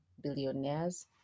billionaires